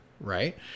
right